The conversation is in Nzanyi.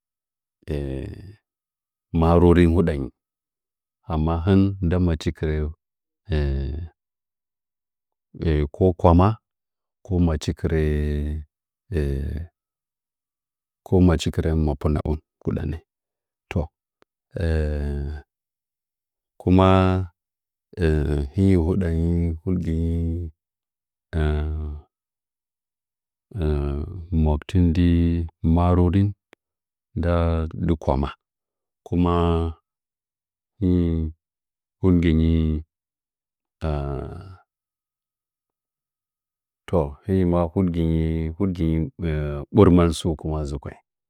Eh maroren huɗanyi amma hin nda machi kɨrɚ ko machi kɨrɚ ko machi kɨrɚ mapɨna’oh huɗanɚ to kuma hɨnyi huɗanyi nggɨ makutin ndɨ maroren nda dɨ kwama kuma hɨnyi huɗgɨnyi to hinyi ma huɗɨnyi huɗɨnyi ɓurmɚn su kuma zukui